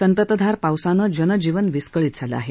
संततधार पावसानं जनजीवन विस्कळीत झालं आहे